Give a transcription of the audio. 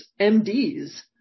MDs